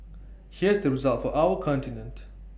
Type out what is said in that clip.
here's the result for our continent